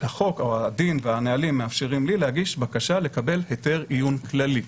הדין והנהלים מאפשרים לי להגיש בקשה לקבל היתר עיון כללי.